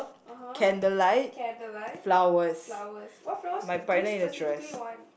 (uh huh) candlelight flowers what flowers do you specifically want